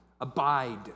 abide